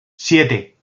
siete